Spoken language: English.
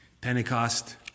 Pentecost